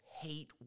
hate